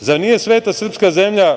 Zar nije sveta srpska zemlja,